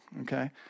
okay